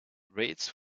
rates